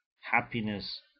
happiness